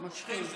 אנחנו מושכים את